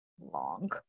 long